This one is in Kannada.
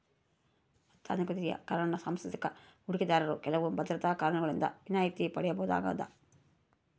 ಅತ್ಯಾಧುನಿಕತೆಯ ಕಾರಣ ಸಾಂಸ್ಥಿಕ ಹೂಡಿಕೆದಾರರು ಕೆಲವು ಭದ್ರತಾ ಕಾನೂನುಗಳಿಂದ ವಿನಾಯಿತಿ ಪಡೆಯಬಹುದಾಗದ